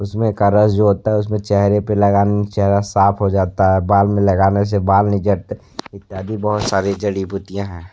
उसमें का रस जो होता है उसमें चेहरे पर लगाने चेहरा साफ हो जाता है बाल में लगाने से बाल नहीं झड़ते इत्यादि बहुत सारी जड़ी बूटियाँ हैं